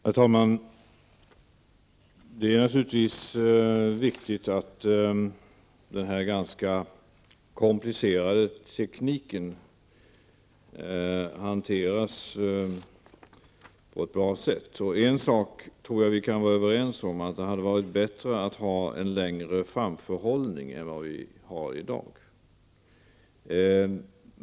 Herr talman! Det är naturligtvis viktigt att denna ganska komplicerade teknik hanteras på ett bra sätt. Jag tror att vi kan vara överens om att det hade varit bättre att ha en längre framförhållning än vad vi har i dag.